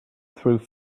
through